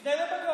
תפנה לבג"ץ.